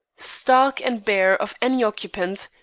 stark and bare of any occupant,